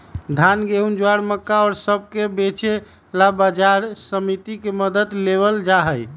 धान, गेहूं, ज्वार, मक्का और सब के बेचे ला बाजार समिति के मदद लेवल जाहई